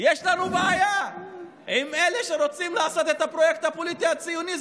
יש לנו בעיה עם אלה שרוצים לעשות את הפרויקט הפוליטי הציוני,